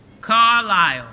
Carlisle